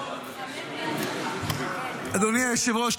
אדוני היושב-ראש,